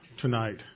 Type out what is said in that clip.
tonight